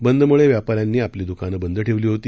बंदमुळे व्यापाऱ्यांनी आपली दुकानं बंद ठेवली होती